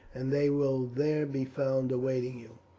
and they will there be found awaiting you.